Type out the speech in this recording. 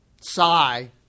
Sigh